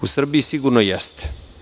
U Srbiji sigurno jeste.